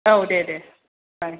औ दे दे बाय